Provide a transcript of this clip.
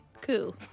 cool